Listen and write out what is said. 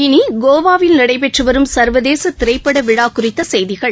இனிகோவாவில் நடைபெற்றுவரும் சர்வதேசதிரைப்படவிழாகுறித்தசெய்திகள்